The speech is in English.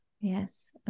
Yes